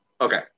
Okay